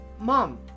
Mom